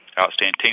Outstanding